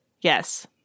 yes